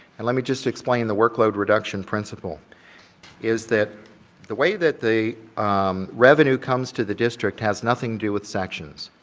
and let me just explain the workload reduction principle is that the way that the um revenue comes to the district has nothing to do with sections.